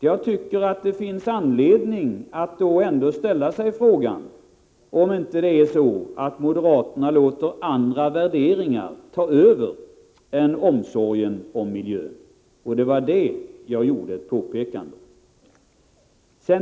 Jag tycker att det finns anledning att ställa sig frågan om det inte är så att moderaterna låter andra intressen än omsorgen om miljön ta över. Det var det jag gjorde ett påpekande om.